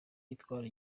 itwara